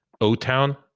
O-Town